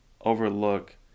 overlook